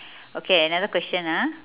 okay another question ah